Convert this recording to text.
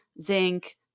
zinc